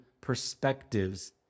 perspectives